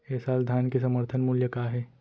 ए साल धान के समर्थन मूल्य का हे?